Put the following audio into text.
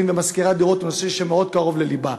ומשכירי הדירות הוא נושא שמאוד קרוב ללבה.